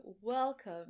Welcome